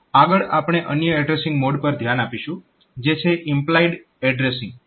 આગળ આપણે અન્ય એડ્રેસીંગ મોડ પર ધ્યાન આપીશું જે છે ઈમ્પ્લાઇડ એડ્રેસીંગ